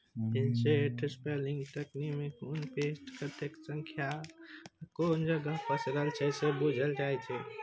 insect sampling तकनीकमे कोन pest कतेक संख्यामे आ कुन जगह पसरल छै से बुझल जाइ छै